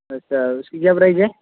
अच्छा उसकी क्या प्राइज है